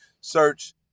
search